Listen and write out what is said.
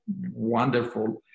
wonderful